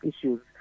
issues